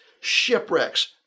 shipwrecks